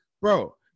bro